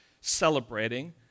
celebrating